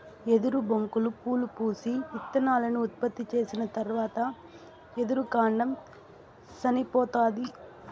ఎదురు బొంగులు పూలు పూసి, ఇత్తనాలను ఉత్పత్తి చేసిన తరవాత ఎదురు కాండం సనిపోతాది